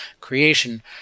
creation